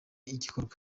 igikorwa